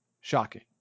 Shocking